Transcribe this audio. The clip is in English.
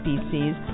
species